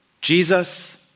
Jesus